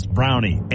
Brownie